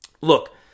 look